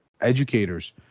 educators